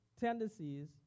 tendencies